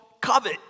covet